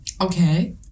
okay